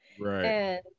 Right